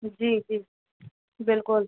جی جی بالکل